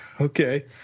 okay